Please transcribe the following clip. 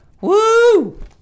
Woo